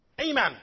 Amen